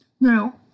Now